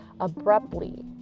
abruptly